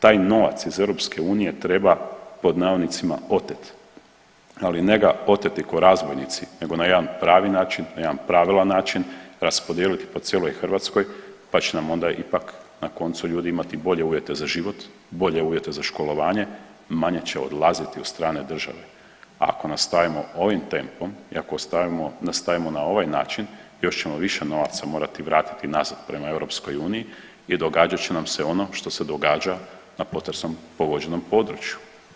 Taj novac iz EU treba, pod navodnicima, oteti, ali ne ga oteti kao razbojnici nego na jedan pravi način, na jedan pravilan način, raspodijeliti po cijeloj Hrvatskoj pa će nam onda ipak na koncu ljudi imati i bolje uvjete za život, bolje uvjete za školovanje, manje će odlaziti u strane države, a ako nastavimo ovim tempom i ako nastavimo na ovaj način, još ćemo više novaca morati vratiti nazad prema EU i događat će nam se ono što se događa na potresom pogođenom području.